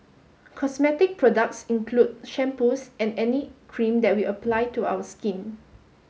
cosmetic products include shampoos and any cream that we apply to our skin